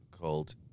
called